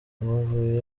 amavubi